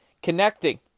Connecting